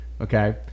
Okay